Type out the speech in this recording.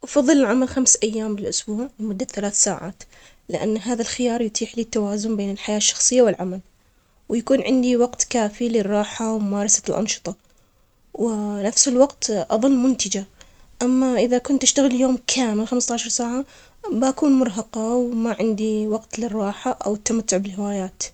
أفضل العمل خمس أيام بالأسبوع لمدة ثلاث ساعات، لأن هذا الخيار يتيح لي التوازن بين الحياة الشخصية والعمل، ويكون عندي وقت كافي للراحة وممارسة الأنشطة ونفس الوقت أظن منتجة. أما إذا كنت تشتغل يوم كامل خمسة عشر ساعة بكون مرهقة وما عندي وقت للراحة أو التمتع بالهوايات.